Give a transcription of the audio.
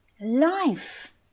life